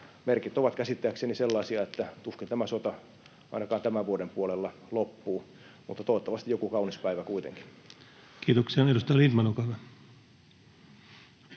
Merkit ovat käsittääkseni sellaisia, että tuskin tämä sota ainakaan tämän vuoden puolella loppuu — mutta toivottavasti joku kaunis päivä kuitenkin. Kiitoksia. — Edustaja Lindtman, olkaa hyvä.